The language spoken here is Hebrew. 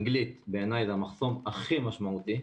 אנגלית בעיניי זה המחסום הכי משמעותי,